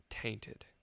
tainted